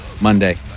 Monday